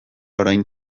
orain